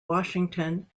washington